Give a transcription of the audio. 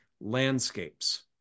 landscapes